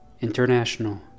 International